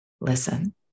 listen